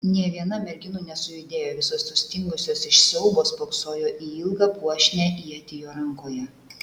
nė viena merginų nesujudėjo visos sustingusios iš siaubo spoksojo į ilgą puošnią ietį jo rankoje